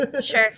sure